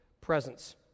presence